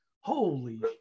holy